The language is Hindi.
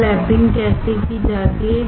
या लैपिंग कैसे की जाती है